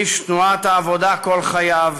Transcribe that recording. איש תנועת העבודה כל חייו,